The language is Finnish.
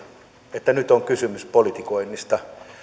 että nyt on kysymys politikoinnista